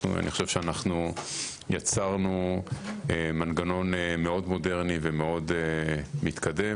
יצרנו מנגנון מאוד מודרני ומאוד מתקדם.